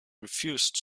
refused